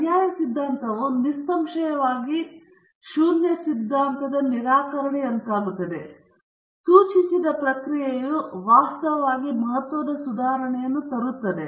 ಪರ್ಯಾಯ ಸಿದ್ಧಾಂತವು ನಿಸ್ಸಂಶಯವಾಗಿ ಶೂನ್ಯ ಸಿದ್ಧಾಂತದ ನಿರಾಕರಣೆಯಂತಾಗುತ್ತದೆ ಸೂಚಿಸಿದ ಪ್ರಕ್ರಿಯೆಯು ವಾಸ್ತವವಾಗಿ ಮಹತ್ವದ ಸುಧಾರಣೆಯನ್ನು ತರುತ್ತದೆ